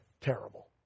terrible